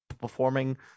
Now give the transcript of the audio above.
performing